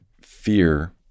fear